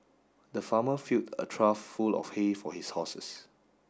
the farmer filled a trough full of hay for his horses